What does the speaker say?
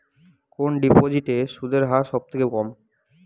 কোন ডিপোজিটে সুদের হার সবথেকে কম?